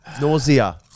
nausea